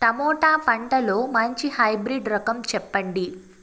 Tomato పంటలో మంచి hybrid రకం చెప్పండి?